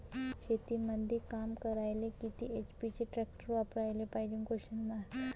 शेतीमंदी काम करायले किती एच.पी चे ट्रॅक्टर वापरायले पायजे?